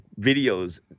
videos